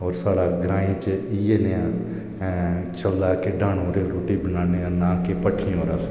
और साढ़े ग्रां च इयै गै चलदा के डाह्नै उप्पर रुट्टी बनान्ने आं नां के भट्ठियै रा अस